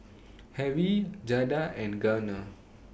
Harrie Jada and Garner